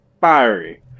fiery